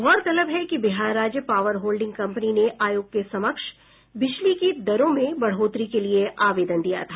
गौरतलब है कि बिहार राज्य पावर होल्डिंग कंपनी ने आयोग के समक्ष बिजली की दरों में बढ़ोतरी के लिए आवेदन दिया था